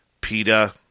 PETA